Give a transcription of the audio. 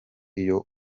iyo